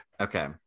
Okay